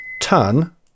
ton